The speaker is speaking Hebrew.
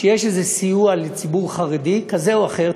שיש איזה סיוע לציבור חרדי כזה או אחר,